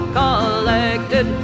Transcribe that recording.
collected